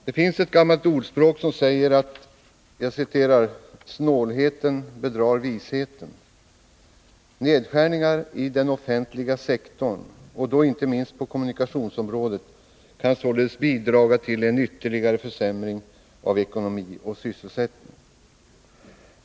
Det finns ett gammalt ordspråk som säger att ”snålheten bedrar visheten”. Nedskärningar i den offentliga sektorn, och då inte minst på kommunikationsområdet, kan således bidra till en ytterligare försämring av ekonomi och sysselsättning.